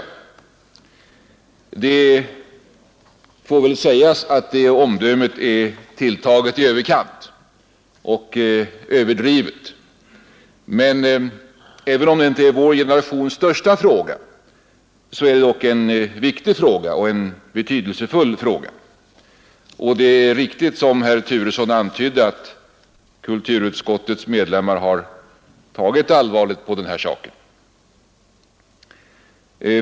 Det får väl sägas att det omdömet är tilltaget i överkant och överdrivet. Men även om det inte är vår generations största fråga, är det dock en viktig fråga och en betydelsefull fråga. Det är riktigt som herr Turesson antydde att kulturutskottets medlemmar tagit allvarligt på denna fråga.